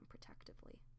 protectively